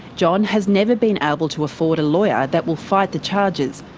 john has never been able to afford a lawyer that will fight the charges.